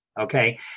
Okay